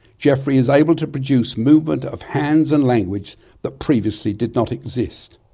geoffrey is able to produce movement of hands and language that previously did not exist.